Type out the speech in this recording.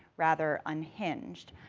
rather unhinged.